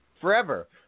forever